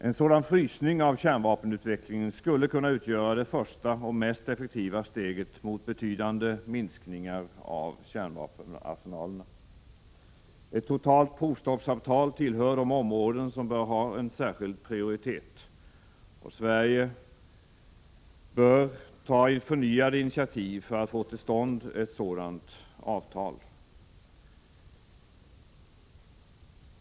En sådan frysning av kärnvapenutvecklingen skulle kunna utgöra det första och mest effektiva steget mot betydande minskningar av kärnvapenarsenalerna. Ett totalt provstoppsavtal tillhör de områden som bör ha en särskild prioritet, och Sverige bör ta förnyade initiativ för att få till stånd ett sådant avtal.